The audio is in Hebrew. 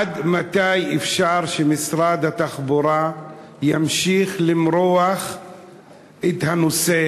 עד מתי משרד התחבורה ימשיך למרוח את הנושא?